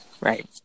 Right